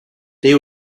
they